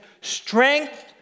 Strength